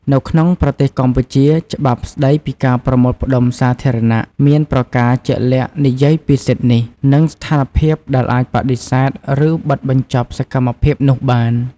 នៅក្នុងប្រទេសកម្ពុជា ច្បាប់ស្តីពីការប្រមូលផ្ដុំសាធារណៈ មានប្រការជាក់លាក់និយាយពីសិទ្ធិនេះ និងស្ថានភាពដែលអាចបដិសេធ ឬ បិទបញ្ចប់សកម្មភាពនោះបាន។